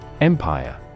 Empire